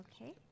Okay